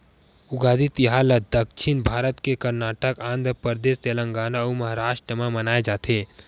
उगादी तिहार ल दक्छिन भारत के करनाटक, आंध्रपरदेस, तेलगाना अउ महारास्ट म मनाए जाथे